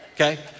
Okay